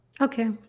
Okay